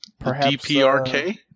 DPRK